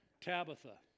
Tabitha